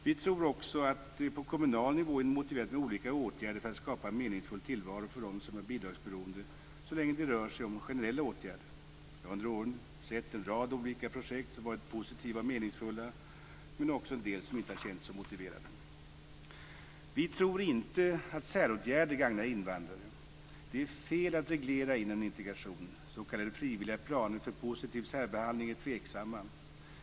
Vi tror också att det på kommunal nivå är motiverat med olika åtgärder för att skapa en meningsfull tillvaro för dem som är bidragsberoende så länge som det rör sig om generella åtgärder. Jag har under åren sett en rad olika projekt som varit positiva och meningsfulla, men också en del som inte har känts så motiverade. Vi tror inte att säråtgärder gagnar invandrare. Det är fel att reglera in en integration. S.k. frivilliga planer för positiv särbehandling är tveksamma.